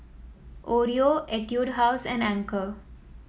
Oreo Etude House and Anchor